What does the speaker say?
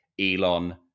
Elon